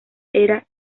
era